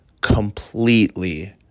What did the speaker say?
completely